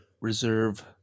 Reserve